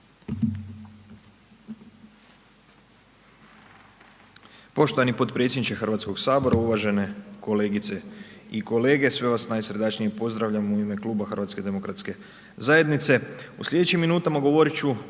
Poštovani potpredsjedniče HS, uvažene kolegice i kolege, sve vas najsrdačnije pozdravljam u ime Kluba HDZ-a. U slijedećim minutama govorit ću